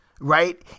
right